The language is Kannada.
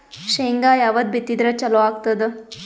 ಶೇಂಗಾ ಯಾವದ್ ಬಿತ್ತಿದರ ಚಲೋ ಆಗತದ?